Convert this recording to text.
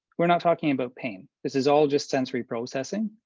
we're not talking about pain. this is all just sensory processing.